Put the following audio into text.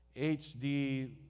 HD